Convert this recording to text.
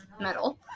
metal